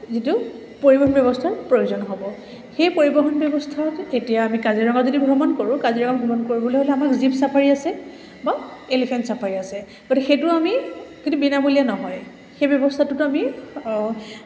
যিটো পৰিবহণ ব্যৱস্থাৰ প্ৰয়োজন হ'ব সেই পৰিবহণ ব্যৱস্থাত এতিয়া আমি কাজিৰঙা যদি ভ্ৰমণ কৰোঁ কাজিৰঙা ভ্ৰমণ কৰিবলৈ হ'লে আমাক জীপ চাফাৰী আছে বা এলিফেণ্ট চাফাৰী আছে গতিকে সেইটো আমি কিন্তু বিনামূলীয়া নহয় সেই ব্যৱস্থাটোতো আমি